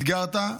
אתגרת,